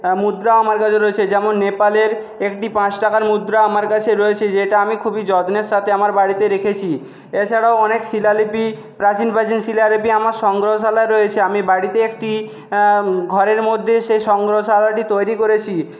মুদ্রা আমার কাছে রয়েছে যেমন নেপালের একটি পাঁচ টাকার মুদ্রা আমার কাছে রয়েছে যেটা আমি খুবই যত্নের সাথে আমার বাড়িতে রেখেছি এছাড়াও অনেক শিলালিপি প্রাচীন প্রাচীন শিলালিপি আমার সংগ্রহশালায় রয়েছে আমি বাড়িতে একটি ঘরের মধ্যে সেই সংগ্রহশালাটি তৈরি করেছি